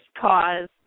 cause